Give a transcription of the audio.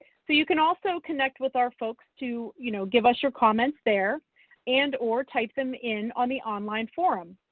so you can also connect with our folks to, you know, give us your comments there and or type them in on the online forum.